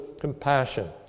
compassion